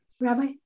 Rabbi